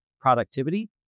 productivity